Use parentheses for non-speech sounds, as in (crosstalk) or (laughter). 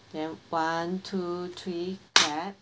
then one two three clap (noise)